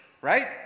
right